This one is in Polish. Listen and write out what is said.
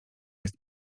jest